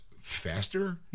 faster